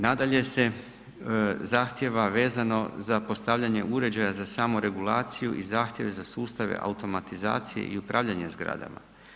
Nadalje se zahtjeva vezano za postavljanje uređaja za samoregulaciju i zahtjeve za sustave automatizacije i upravljanje zgradama.